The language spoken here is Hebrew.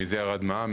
מזה ירד מע"מ,